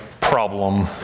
problem